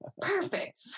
perfect